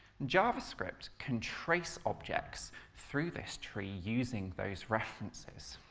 javascript can trace objects through this tree using those references.